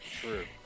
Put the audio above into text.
true